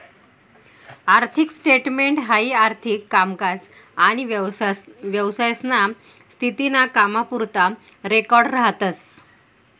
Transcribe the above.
आर्थिक स्टेटमेंट हाई आर्थिक कामकाज आनी व्यवसायाना स्थिती ना कामपुरता रेकॉर्ड राहतस